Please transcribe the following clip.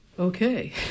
Okay